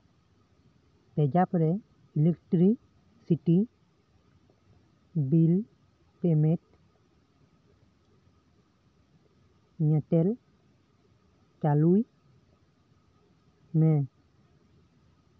ᱯᱮᱡᱟᱯ ᱨᱮ electricity bill payment ᱧᱮᱛᱮᱞ ᱪᱟᱹᱞᱩᱭ ᱢᱮ